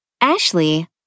Ashley